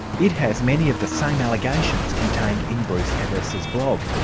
it has many of the same allegations contained in bruce everiss's blog,